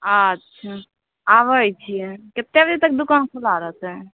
आच्छा आबैत छियै कत्तेक बजे तक दुकान खुला रहतै